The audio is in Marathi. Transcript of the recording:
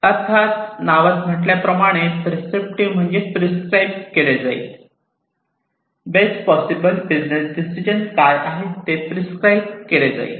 अर्थात नावात म्हटल्याप्रमाणे प्रेस्क्रिप्टिव्ह म्हणजे ते प्रिसक्राईब केले जाईल बेस्ट पॉसिबल बिझनेस डिसिजन काय आहे ते प्रिसक्राईब केले जाईल